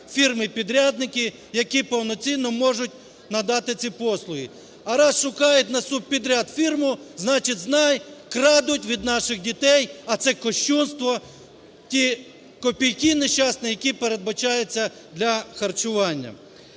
фірми-підрядники, які повноцінно можуть надати ці послуги. А раз шукають на субпідряд фірму, значить знай: крадуть від наших дітей. А це кощунство, ті копійки нещасні, які передбачаються для харчування.